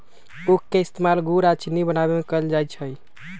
उख के इस्तेमाल गुड़ आ चिन्नी बनावे में कएल जाई छई